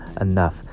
enough